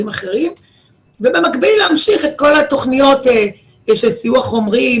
אחרים ובמקביל להמשיך את כל התוכניות של סיוע חומרי,